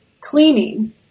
cleaning